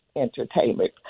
entertainment